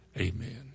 amen